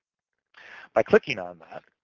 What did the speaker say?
by clicking on that,